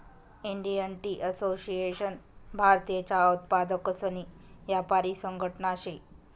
Indian tea association भारतीय चहा उत्पादकसनी यापारी संघटना शे